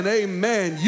amen